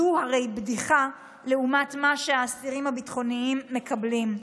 הרי זאת בדיחה לעומת מה שהאסירים הביטחוניים מקבלים.